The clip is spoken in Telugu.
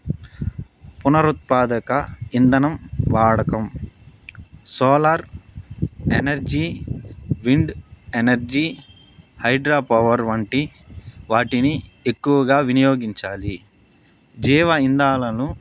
పునరుత్పాదక ఇంధనం వాడకం solar energy wind energy hydro power వంటి వాటిని ఎక్కువగా వినియోగించాలి జీవ ఇంధనాలను